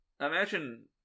Imagine